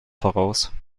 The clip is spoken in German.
voraus